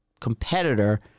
competitor